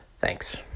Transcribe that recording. Thanks